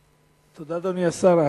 תודה, אדוני השר.